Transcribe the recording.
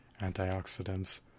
antioxidants